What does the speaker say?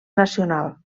nacional